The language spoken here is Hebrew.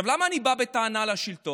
למה אני בא בטענה לשלטון?